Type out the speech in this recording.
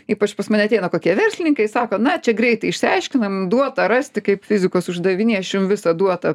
ypač pas mane ateina kokie verslininkai sako na čia greitai išsiaiškinam duota rasti kaip fizikos uždaviny aš jum visą duotą